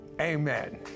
Amen